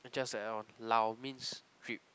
just a L lao means drip